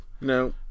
No